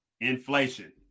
inflation